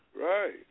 Right